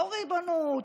לא ריבונות,